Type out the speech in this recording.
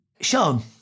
Sean